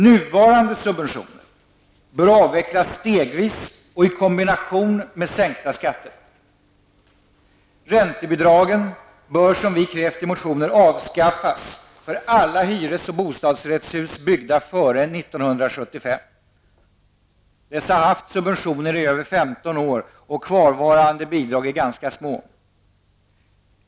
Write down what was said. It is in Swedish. Nuvarande subventioner bör avvecklas stegvis och i kombination med sänkta skatter. Räntebidragen bör -- som vi krävt i motioner -- avskaffas för alla hyres och bostadsrättshus byggda före 1975. Dessa har haft subventioner i över 15 år, och kvarvarande bidrag är ganska små.